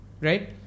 right